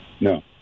No